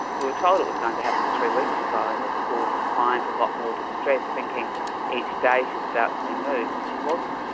we were told it was going to happen three weeks ago, and this caused the a kind of lot more distress thinking each day she was about to be moved, and she wasn't,